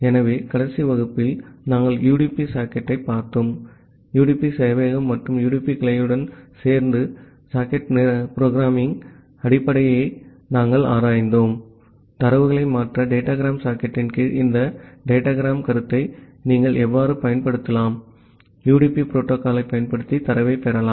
ஆகவே கடைசி வகுப்பில் நாங்கள் யுடிபி சாக்கெட்டைப் பார்த்தோம் யுடிபி சேவையகம் மற்றும் யுடிபி கிளையனுடன் சேர்ந்து சாக்கெட் புரோகிராமிங் அடிப்படைகளை நாங்கள் ஆராய்ந்தோம் தரவுகளை மாற்ற டேடாகிராம் சாக்கெட்டின் கீழ் இந்த சாக் டேடாகிராம் கருத்தை நீங்கள் எவ்வாறு பயன்படுத்தலாம் யுடிபி புரோட்டோகால்யைப் பயன்படுத்தி தரவைப் பெறுக